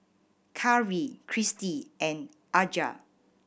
Karri Cristy and Aja